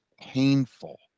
painful